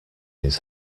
his